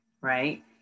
right